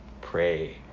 Pray